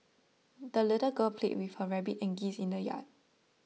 the little girl played with her rabbit and geese in the yard